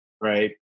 right